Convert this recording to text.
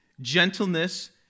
gentleness